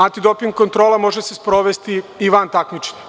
Antidoping kontrola može se sprovesti i van takmičenja.